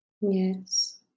yes